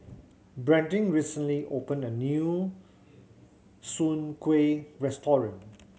Brandin recently opened a new Soon Kuih restaurant